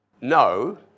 no